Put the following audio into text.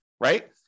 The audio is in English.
right